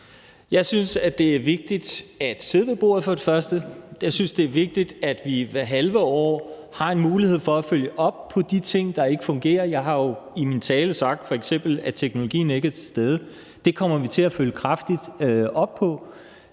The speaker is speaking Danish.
og fremmest, det er vigtigt at sidde med ved bordet. Jeg synes, det er vigtigt, at vi hvert halve år har en mulighed for at følge op på de ting, der ikke fungerer. Jeg har jo i min tale f.eks. sagt, at teknologien ikke er til stede. Det kommer vi til at følge kraftigt op på.